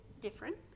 different